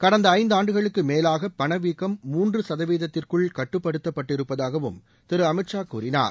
கடந்த ஐந்தாண்டுகளுக்கு மேலாக பணவீக்கம் மூன்று சதவீதத்திற்குள் கட்டுபடுத்தப்பட்டிருப்பதாகவும் திரு அமித் ஷா கூறினார்